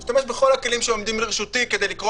אני משתמש בכל הכלים שעומדים לרשותי כדי לקרוא